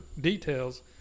details